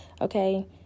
okay